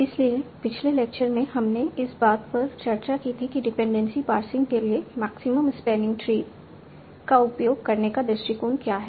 इसलिए पिछले लेक्चर में हमने इस बात पर चर्चा की थी कि डिपेंडेंसी पार्सिंग के लिए मैक्सिमम स्पैनिंग ट्री का उपयोग करने का दृष्टिकोण क्या है